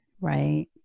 Right